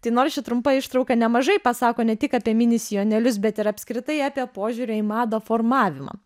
tai nors ši trumpa ištrauka nemažai pasako ne tik apie mini sijonėlius bet ir apskritai apie požiūrio į madą formavimą